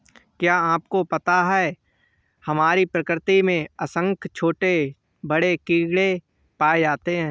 क्या आपको पता है हमारी प्रकृति में असंख्य छोटे बड़े कीड़े पाए जाते हैं?